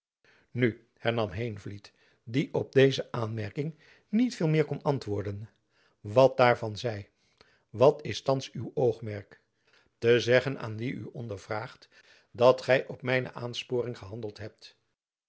nu hernam heenvliet die op deze aanmerking niet veel kon antwoorden wat daarvan zij wat is thands uw oogmerk te zeggen aan wie u ondervraagt dat gy op mijne aansporing gehandeld hebt